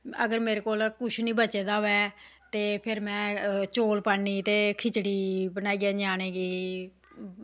अगर मेरे कोल कुछ निं बचे दा होऐ ते फिर में चौल पानी ते खिचड़ी बनाइयै ञ्यानें गी